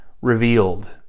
revealed